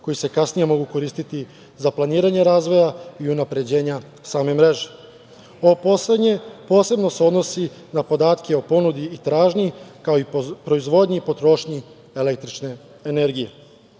koji se kasnije mogu koristiti za planiranje razvoja i unapređenja same mreže. Ovo poslednje, posebno se odnosi na podatke o ponudi i tražnji, kao i proizvodnji i potrošnji električne energije. Kada